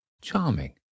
Charming